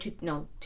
no